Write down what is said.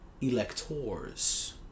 Electors